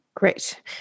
Great